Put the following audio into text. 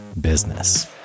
business